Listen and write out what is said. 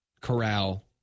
Corral